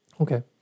Okay